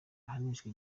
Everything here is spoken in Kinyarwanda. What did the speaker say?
ahanishwa